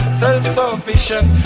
self-sufficient